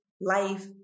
life